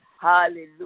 Hallelujah